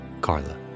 Carla